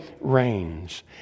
reigns